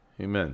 Amen